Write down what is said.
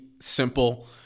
simple